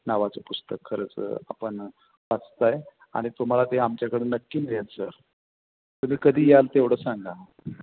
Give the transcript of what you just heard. नावाचं पुस्तक खरंच आपण वाचत आहे आणि तुम्हाला ते आमच्याकडं नक्की मिळेल सर तुम्ही कधी याल तेवढं सांगा